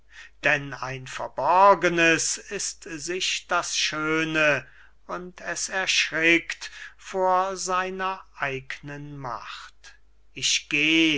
denn ein verborgenes ist sich das schöne und es erschrickt vor seiner eignen macht ich geh